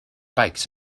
bikes